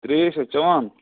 ترٛیش حظ چٮ۪وان